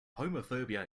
homophobia